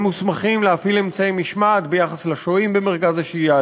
הם מוסמכים להפעיל אמצעי משמעת ביחס לשוהים במרכז השהייה,